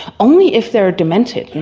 only if they're demented,